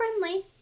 friendly